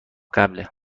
قبله